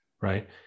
Right